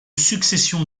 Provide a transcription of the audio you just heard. succession